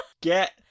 Get